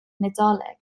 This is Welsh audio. nadolig